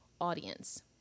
Audience